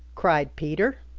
cried peter.